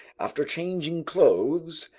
after changing clothes,